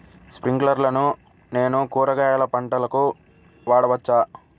స్ప్రింక్లర్లను నేను కూరగాయల పంటలకు వాడవచ్చా?